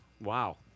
Wow